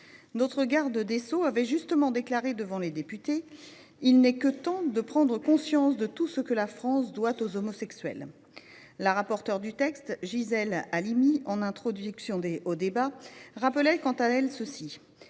le garde des sceaux avait déclaré justement devant les députés :« Il n’est que temps de prendre conscience de tout ce que la France doit aux homosexuels. » La rapporteure du texte, Gisèle Halimi, en introduction aux débats, rappelait quant à elle :